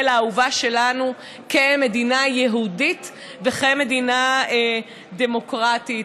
האהובה שלנו כמדינה יהודית וכמדינה דמוקרטית.